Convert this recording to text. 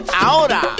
Ahora